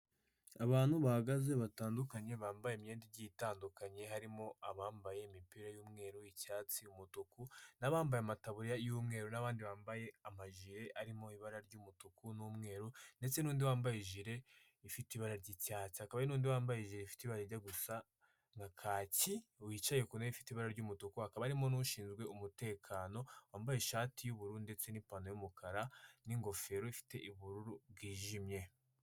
Abantu bahagaze batandukanye, bambaye imyenda igiye itandukanye, harimo abambaye imipira y'umweru, icyatsi, umutuku n'abambaye amataburiya y'umweru n'abandi bambaye amajire arimo ibara ry'umutuku n'umweru ndetse n'undi wambaye ijire ifite ibara ry'icyatsi n'undi wambaye ijire ifitet ibara rijya gusa nka kaki wicaye ku ntebe ifite ibara ry'umutuku, hakaba harimo n'ushinzwe umutekano wambaye ishati y'ubururu ndetse n'ipantaro y'umukara n'ingofero ifite ubururu bwijimye.